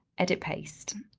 edit paste.